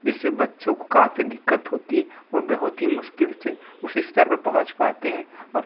जिससे बच्चों को काफ़ी दिक्कत होती है और बहुत ही मुश्किल से उस स्तर पर पहुँच पाते हैं और